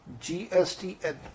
GSTN